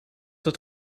het